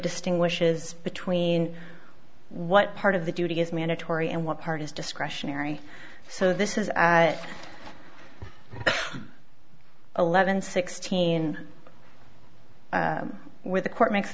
distinguishes between what part of the duty is mandatory and what part is discretionary so this is eleven sixteen where the court makes